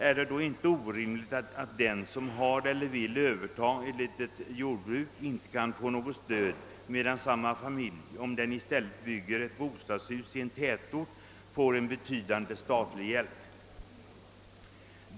Är det då inte orimligt att den som har eller vill överta ett litet jordbruk inte kan få något stöd, medan samma familj, om den i stället bygger ett bostadshus i en tätort, får en betydande statlig hjälp?